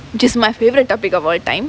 just my favourite topic of all time